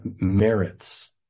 merits